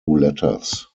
letters